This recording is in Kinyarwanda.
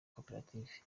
koperative